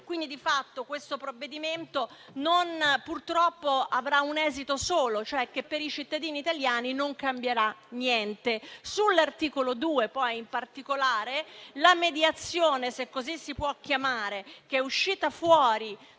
Quindi, di fatto, questo provvedimento purtroppo avrà un esito solo, cioè che per i cittadini italiani non cambierà niente. Sull'articolo 2, in particolare, la mediazione (se così si può chiamare) uscita fuori